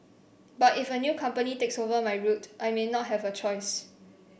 but if a new company takes over my route I may not have a choice